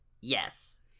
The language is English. Yes